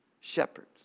shepherds